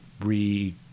re